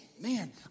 Man